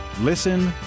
Listen